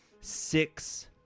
six